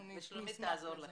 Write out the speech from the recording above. שלומית תעזור לכם.